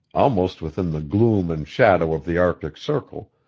almost within the gloom and shadow of the arctic circle,